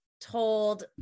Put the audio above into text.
told